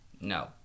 No